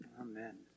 Amen